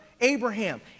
Abraham